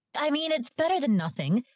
i mean, it's better than nothing.